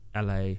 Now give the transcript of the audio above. la